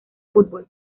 fútbol